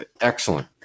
excellent